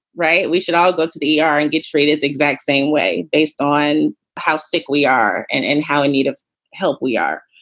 right. we should all go to the e r. and get treated the exact same way. based on how sick we are and how in need of help we are.